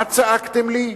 מה צעקתם לי?